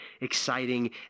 exciting